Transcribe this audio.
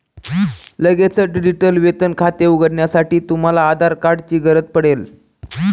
लगेचच डिजिटल वेतन खाते उघडण्यासाठी, तुम्हाला आधार कार्ड ची गरज पडेल